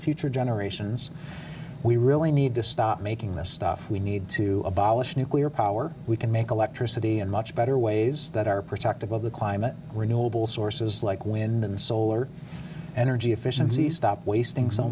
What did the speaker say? future generations we really need to stop making this stuff we need to abolish nuclear power we can make electricity and much better ways that are protective of the climate renewable sources like wind and solar energy efficiency stop wasting so